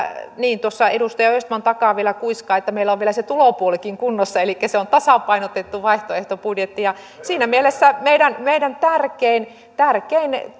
niin tuossa edustaja östman takaa vielä kuiskaa että meillä on vielä se tulopuolikin kunnossa elikkä se on tasapainotettu vaihtoehtobudjetti ja siinä mielessä meidän meidän tärkein tärkein